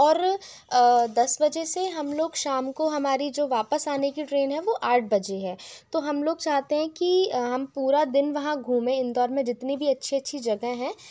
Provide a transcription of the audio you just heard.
और दस बजे से हम लोग शाम को हमारी जो वापस आने की ट्रेन वो आठ बजे है तो हम लोग चाहते हैं कि हम पूरा दिन वहाँ घूमें इंदौर में जितनी भी अच्छी अच्छी जगह हैं हम